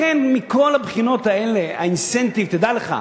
לכן מכל הבחינות האלה האינסנטיב, תדע לך,